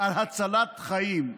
על הצלת חיים.